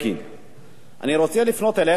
אני רוצה לפנות אליך ולומר לך: